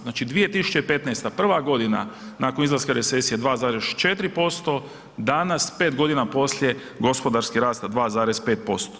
Znači 2015., prva godina nakon iz recesije 2,4%, danas 5 godina poslije gospodarski rast 2,5%